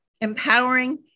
empowering